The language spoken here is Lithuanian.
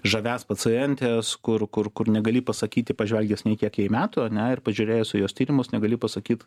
žavias pacientes kur kur kur negali pasakyti pažvelgęs nei kiek jai metų ane ir pažiūrėjęs į jos tyrimus negali pasakyt